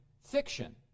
fiction